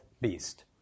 beast